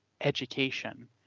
education